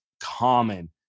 common